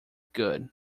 good